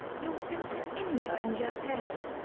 you've been to india and japan.